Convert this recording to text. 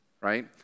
right